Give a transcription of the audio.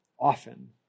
often